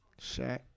Shaq